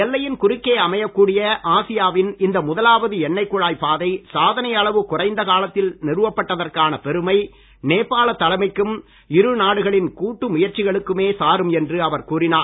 எல்லையின் குறுக்கே அமையக் கூடிய ஆசியாவின் இந்த முதலாவது எண்ணெய்க் குழாய் பாதை சாதனை அளவு குறைந்த காலத்தில் நிறுவப்பட்டதற்கான பெருமை நேபாள தலைமைக்கும் இருநாடுகளின் கூட்டு முயற்சிகளுக்குமே சாரும் என்று அவர் கூறினார்